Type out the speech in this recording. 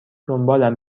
دنبالم